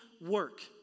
work